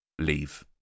leave